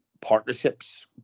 partnerships